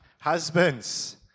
husbands